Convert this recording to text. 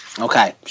Okay